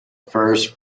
first